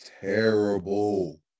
terrible